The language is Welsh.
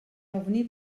ofni